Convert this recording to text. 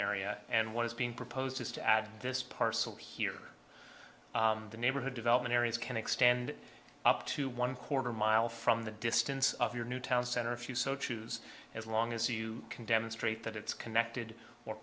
area and what is being proposed is to add this parcel here the neighborhood development areas can extend up to one quarter mile from the distance of your new town center if you so choose as long as you can demonstrate that it's connected or